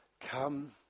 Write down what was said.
come